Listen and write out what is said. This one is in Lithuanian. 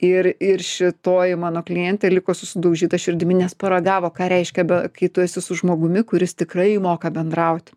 ir ir šitoji mano klientė liko su sudaužyta širdimi nes paragavo ką reiškia kai tu esi su žmogumi kuris tikrai moka bendraut